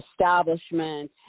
establishment